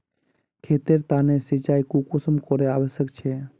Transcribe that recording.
खेतेर तने सिंचाई कुंसम करे आवश्यक छै?